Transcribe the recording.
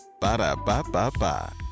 ba-da-ba-ba-ba